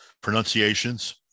pronunciations